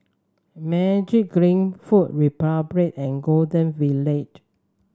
Magiclean Food Republic and Golden Village